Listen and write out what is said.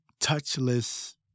touchless